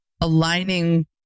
aligning